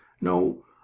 no